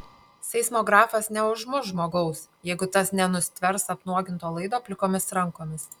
seismografas neužmuš žmogaus jeigu tas nenustvers apnuoginto laido plikomis rankomis